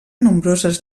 nombroses